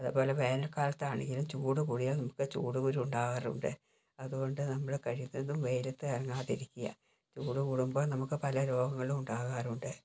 അതേപോലെ വേനക്കാലത്താണെങ്കിലും ചൂട് കൂടിയവർക്ക് ചൂടുകുരു ഉണ്ടാവാറുണ്ട് അത്കൊണ്ട് നമ്മള് കഴിയുന്നതും വെയിലത്ത് ഇറങ്ങാതിരിക്കുക ചൂട് കൂടുമ്പോൾ നമുക്ക് പല രോഗങ്ങളും ഉണ്ടാവാറുണ്ട്